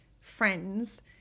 friends